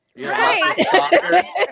Right